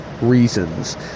reasons